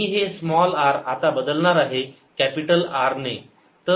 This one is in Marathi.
मी हे स्मॉल r आता बदलणार आहे कॅपिटल R ने